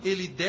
Ele